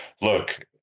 look